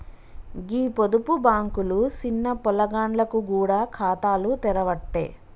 గీ పొదుపు బాంకులు సిన్న పొలగాండ్లకు గూడ ఖాతాలు తెరవ్వట్టే